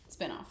spinoff